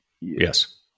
yes